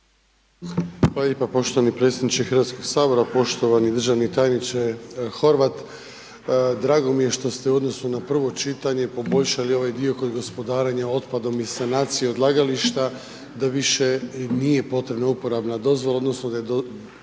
Hvala lijepo poštovani predsjedniče Hrvatskoga sabora. Poštovani državni tajniče Horvat, drago mi je što ste u odnosu na prvo čitanje poboljšali ovaj dio kod gospodarenja otpadom i sanacije odlagališta, da više nije potrebna uporabna dozvola odnosno da je